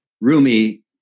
Rumi